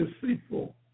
deceitful